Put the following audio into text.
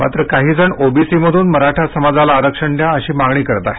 मात्र काही जण ओबीसीमधून मराठा समाजाला आरक्षण द्या अशी मागणी करत आहेत